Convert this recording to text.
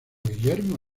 guillermo